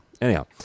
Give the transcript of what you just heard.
anyhow